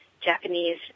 Japanese